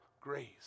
grace